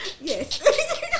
Yes